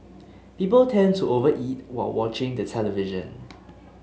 people tend to over eat while watching the television